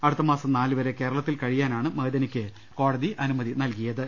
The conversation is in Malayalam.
അടുത്ത്മാസം നാല് വരെ കേരളത്തിൽ കഴിയാനാണ് മഅ്ദ നിക്ക് കോട്തി അനുമതി നൽകിയത്